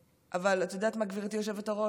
אבל את יודעת מה, גברתי היושבת-ראש?